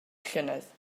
llynedd